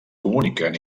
comuniquen